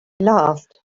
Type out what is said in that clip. laughed